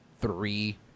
three